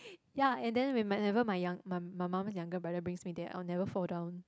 ya and then when whenever my young my my mum's younger brother brings me there I will never fall down